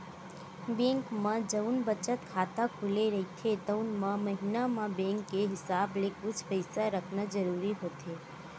bank म जउन बचत खाता खुले रहिथे तउन म महिना म बेंक के हिसाब ले कुछ पइसा रखना जरूरी होथे